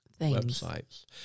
websites